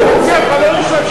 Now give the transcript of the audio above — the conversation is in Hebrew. אני מציע לך לא לשאול שאלות